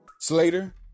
Slater